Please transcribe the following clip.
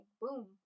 boom